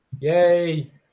Yay